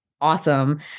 awesome